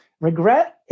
regret